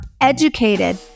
educated